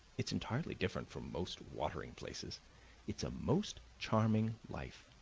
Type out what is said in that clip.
it's entirely different from most watering places it's a most charming life.